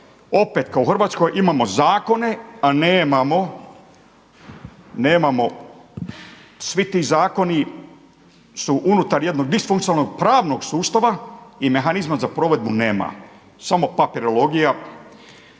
Opet u Hrvatskoj imamo zakone a nemamo, svi ti zakoni su unutar jednog disfunkcionalnog pravnog sustava i mehanizma za provedbu nema. Samo papirologija.